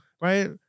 right